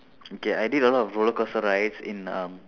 okay I did a lot of roller coaster rides in um